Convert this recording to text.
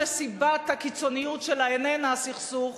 שסיבת הקיצוניות שלה איננה הסכסוך,